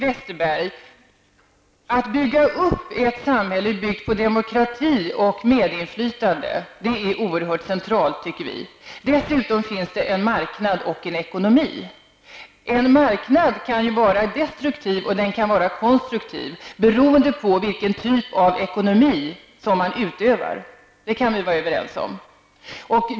Att bygga upp ett samhälle grundat på demokrati och medinflytande tycker vi är något oerhört centralt, Bengt Westerberg. Dessutom finns det en marknad och en ekonomi. En marknad kan vara destruktiv eller konstruktiv beroende på vilken typ av ekonomi man utövar. Det kan vi väl vara överens om.